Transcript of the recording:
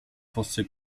fosse